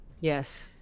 Yes